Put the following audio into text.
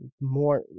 More